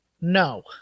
No